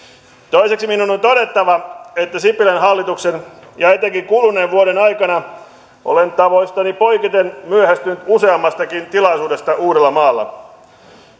toiseksi minun on todettava että sipilän hallituksen ja etenkin kuluneen vuoden aikana olen tavoistani poiketen myöhästynyt useammastakin tilaisuudesta uudellamaalla